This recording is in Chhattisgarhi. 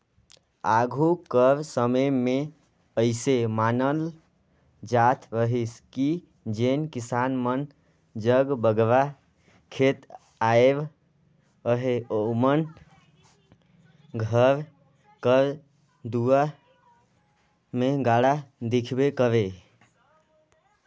आघु कर समे मे अइसे मानल जात रहिस कि जेन किसान मन जग बगरा खेत खाएर अहे ओमन घर कर दुरा मे गाड़ा दिखबे करे